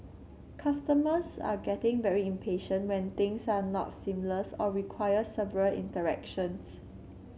customers are getting very impatient when things are not seamless or require several interactions